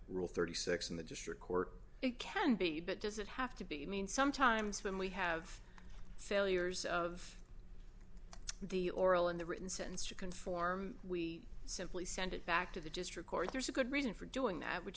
rule thirty six dollars in the district court it can be but does it have to be mean sometimes when we have failures of the oral and the written sentence to conform we simply send it back to the just record there's a good reason for doing that which